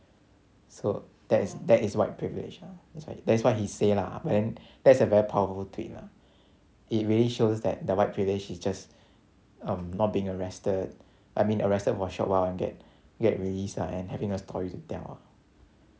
so that is that is white privilege ah that's wh~ that's what he say lah but then that's a very powerful tweet ah it really shows that the white privilege is just um not being arrested I mean arrested for a short while and get get released ah and having a story to tell